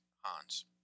Hans